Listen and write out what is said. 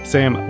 Sam